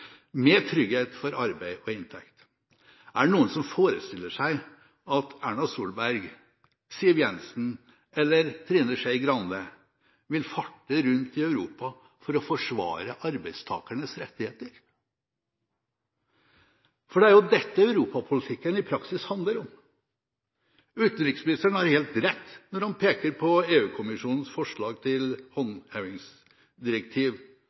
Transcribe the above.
med trygghet for arbeid og inntekt. Er det noen som forestiller seg at Erna Solberg, Siv Jensen eller Trine Skei Grande vil farte rundt i Europa for å forsvare arbeidstakernes rettigheter? Det er jo dette europapolitikken i praksis handler om. Utenriksministeren har helt rett når han peker på EU-kommisjonens forslag til